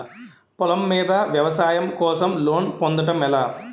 పొలం మీద వ్యవసాయం కోసం లోన్ పొందటం ఎలా?